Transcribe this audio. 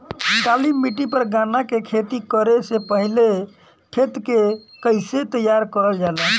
काली मिट्टी पर गन्ना के खेती करे से पहले खेत के कइसे तैयार करल जाला?